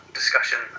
discussion